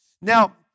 Now